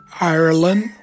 Ireland